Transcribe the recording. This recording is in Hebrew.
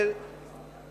אדוני היושב-ראש,